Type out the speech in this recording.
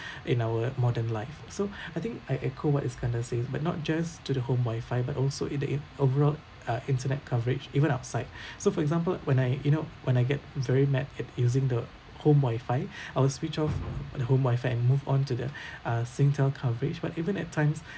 in our modern life so I think I echo what iskandar says but not just to the home wifi but also in the in overall uh internet coverage even outside so for example when I you know when I get very mad at using the home wifi I'll switch off uh the home wifi and move on to the uh Singtel coverage but even at times